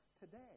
today